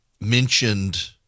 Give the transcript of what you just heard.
mentioned